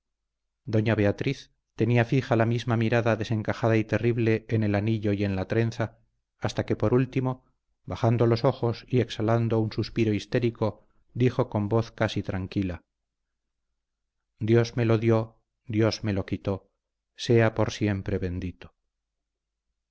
doña beatriz tenía fija la misma mirada desencajada y terrible en el anillo y en la trenza hasta que por último bajando los ojos y exhalando un suspiro histérico dijo con voz casi tranquila dios me lo dio dios me lo quitó sea por siempre bendito